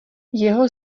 jeho